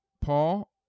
Paul